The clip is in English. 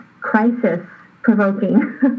crisis-provoking